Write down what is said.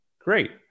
Great